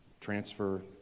transfer